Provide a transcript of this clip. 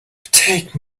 take